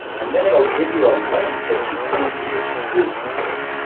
and then it'll give you a link that you send to your students.